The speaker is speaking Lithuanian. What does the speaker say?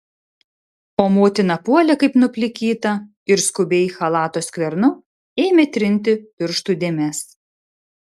o motina puolė kaip nuplikyta ir skubiai chalato skvernu ėmė trinti pirštų dėmes